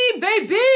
baby